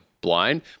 blind